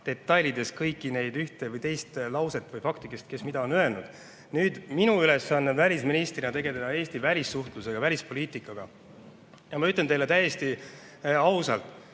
detailselt jälgida, ühte või teist lauset või fakti, kes mida on öelnud. Minu ülesanne välisministrina on tegeleda Eesti välissuhtlusega, välispoliitikaga. Ja ma ütlen teile täiesti ausalt: